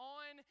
on